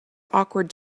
awkward